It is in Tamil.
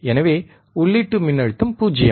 எனவே உள்ளீட்டு மின்னழுத்தம் 0